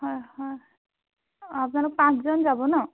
হয় হয় আপোনালোক পাঁচজন যাব ন'